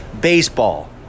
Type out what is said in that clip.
baseball